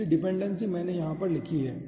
इसलिए डिपेंडेंसी मैंने यहाँ पर लिखी हैं